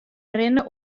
rinne